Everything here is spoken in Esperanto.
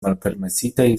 malpermesitaj